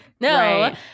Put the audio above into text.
no